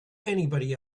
anybody